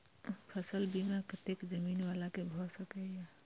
फसल बीमा कतेक जमीन वाला के भ सकेया?